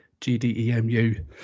GDEMU